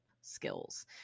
skills